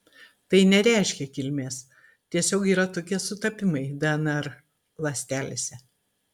tai nereiškia kilmės tiesiog yra tokie sutapimai dnr ląstelėse